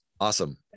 Awesome